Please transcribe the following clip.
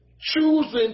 choosing